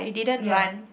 ya